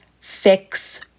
fix